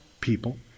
people